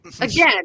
Again